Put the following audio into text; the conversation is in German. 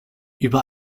über